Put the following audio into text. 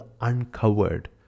uncovered